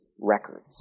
records